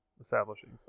Establishing